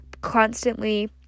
constantly